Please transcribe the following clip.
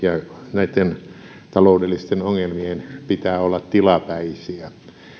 näitten taloudellisten ongelmien pitää olla tilapäisiä